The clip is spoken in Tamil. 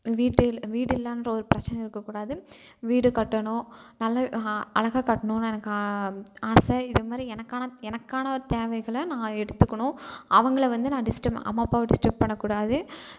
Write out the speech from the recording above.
வீட்டு வீடு இல்லைன்ற ஒரு பிரச்சனை இருக்கக்கூடாது வீடு கட்டணும் நல்ல அழகாக கட்டணுன்னு எனக்கு ஆசை இதை மாதிரி எனக்கான எனக்கான தேவைகளை நான் எடுத்துக்கணும் அவங்கள வந்து நான் டிஸ்ட்டர்ப் அம்மா அப்பாவை டிஸ்ட்டர்ப் பண்ணக்கூடாது